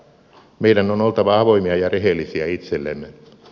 meidän on oltava avoimia ja rehellisiä itsellemme